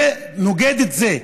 זה נוגד את זה.